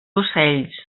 ocells